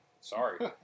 Sorry